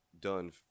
done